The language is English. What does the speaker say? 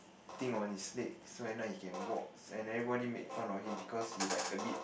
thing on his leg so end up he can walk then everybody made fun of him cause he like a bit